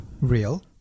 real